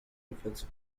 deficits